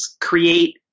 create